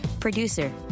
Producer